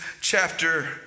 chapter